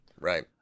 right